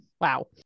Wow